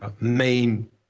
main